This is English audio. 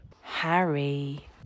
Harry